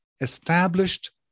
established